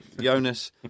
Jonas